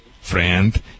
friend